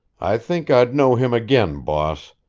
i think i'd know him again, boss.